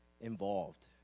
involved